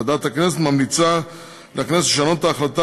ועדת הכנסת ממליצה לכנסת לשנות את ההחלטה